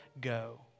go